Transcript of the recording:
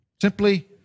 simply